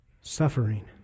suffering